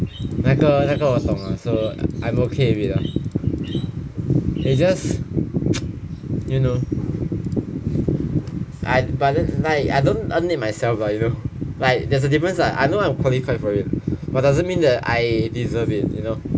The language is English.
那个那个我懂 lah so I I'm okay with it ah it's just you know ah but then like I don't 暗恋 myself ah you know like there's a difference ah I know I'm qualified for it but doesn't mean that I deserve it you know